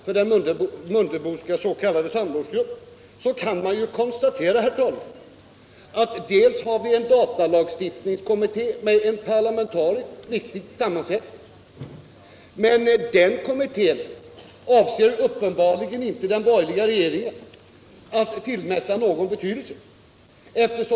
Men när man tar del av de synpunkter herr Wirtén lämnat här i dag och de direktiv som lämnats för den s.k. Mundeboska samrådsgruppen, kan man konstatera att regeringen uppenbarligen inte avser att tillmäta resultatet av datalagstiftningskommitténs arbete någon betydelse.